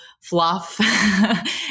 fluff